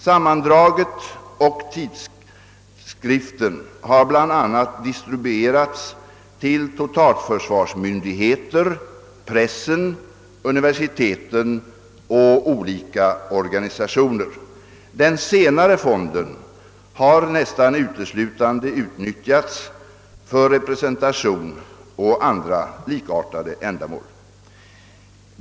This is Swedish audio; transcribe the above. Sammandraget och tidskriften har bl.a. distribuerats till totalförsvarsmyndigheter, pressen, universiteten och olika organisationer. Den senare fonden har nästan uteslutande utnyttjats för representation och andra likartade ändamål.